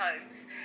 homes